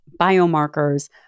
biomarkers